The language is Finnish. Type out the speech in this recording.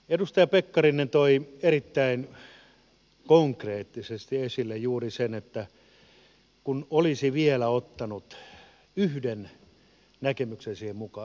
edustaja pekkarinen toi erittäin konkreettisesti esille juuri sen että kun olisi vielä ottanut yhden näkemyksen siihen mukaan